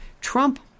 Trump